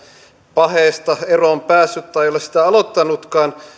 paheesta eroon päässyt tai ei ole sitä aloittanutkaan